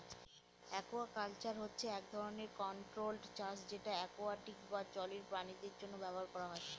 aquaculture হচ্ছে এক ধরনের কন্ট্রোল্ড চাষ যেটা একুয়াটিক বা জলের প্রাণীদের জন্য করা হয়